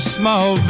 small